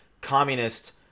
communist